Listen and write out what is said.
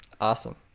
Awesome